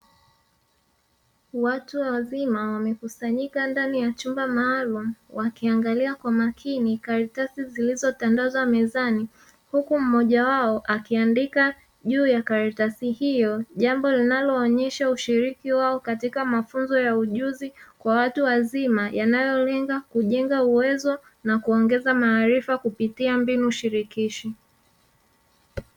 watu wazima wamekusanyika ndani ya chumba maalum wakiangaia kwa makini karatasi zilizotandazwa mezani, huku mmoja wao akiandika juu ya karatasi hio jambo linaoonyesha ushiriki wao katika mafunzo ya ujuzi kwa watu wazima yanayo lenga kujenga uwezo na kuongeza maarifa kupitia mbinu shirikishi.